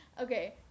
Okay